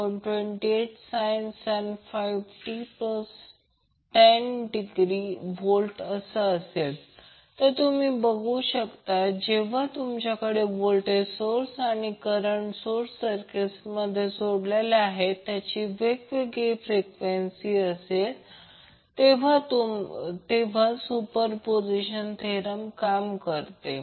328sin 5t10°V तर तुम्ही बघू शकता की जेव्हा तुमच्याकडे व्होल्टेज सोर्स किंवा करंट सोर्स सर्किटमध्ये जोडलेले असतील आणि त्यांची वेगवेगळी फ्रिक्वेंसी असेल तेव्हा सुपरपोझिशन थेरम काम करतो